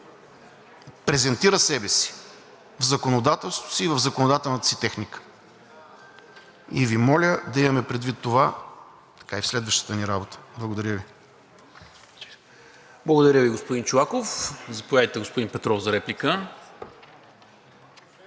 презентира себе си в законодателството си и в законодателната си техника. И Ви моля да имаме предвид това така и в следващата ни работа. Благодаря Ви. ПРЕДСЕДАТЕЛ НИКОЛА МИНЧЕВ: Благодаря Ви, господин Чолаков. Заповядайте, господин Петров, за реплика.